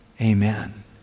amen